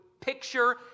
picture